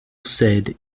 said